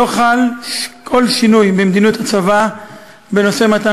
לא חל כל שינוי במדיניות הצבא בנושא מתן